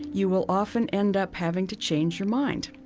you will often end up having to change your mind